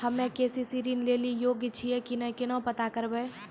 हम्मे के.सी.सी ऋण लेली योग्य छियै की नैय केना पता करबै?